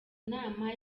nama